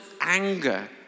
anger